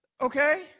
Okay